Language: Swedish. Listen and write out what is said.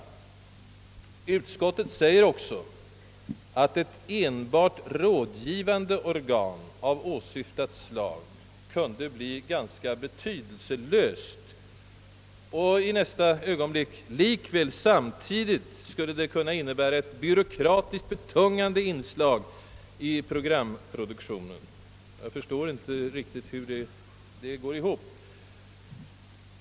Utskottet säger att ett »enbart rådgivande organ av åsyftat slag kunde bli ganska betydelselöst» för att i nästa ögonblick hävda att det samtidigt skulle kunna innebära ett byråkratiskt betungande inslag i programproduktionen. Jag förstår inte riktigt hur det där går ihop.